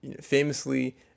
Famously